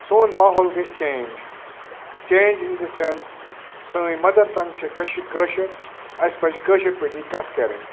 سون ماحول گَژھِ change change in the sense سٲنۍ مَدَر ٹنٛگ چھِ کٔشہِ کٲشُر اَسہِ پَزِ کٲشِرۍ پٲٹھی کَتھ کَرٕنۍ